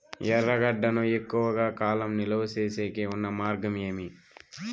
ఎర్రగడ్డ ను ఎక్కువగా కాలం నిలువ సేసేకి ఉన్న మార్గం ఏమి?